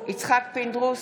יצחק פינדרוס,